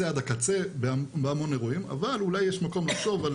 עד הקצה בהמון אירועים אבל אולי יש מקום לחשוב על